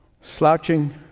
slouching